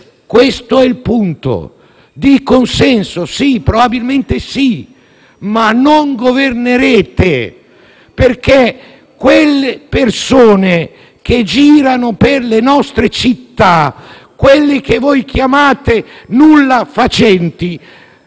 Questo è il punto: elementi di consenso sì, ma non governerete, perché quelle persone che girano per le nostre città, quelli che voi chiamate nullafacenti,